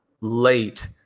late